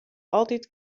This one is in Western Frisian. altyd